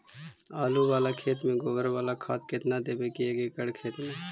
आलु बाला खेत मे गोबर बाला खाद केतना देबै एक एकड़ खेत में?